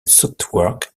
southwark